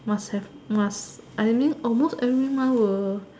must have must I mean almost every month were